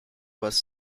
was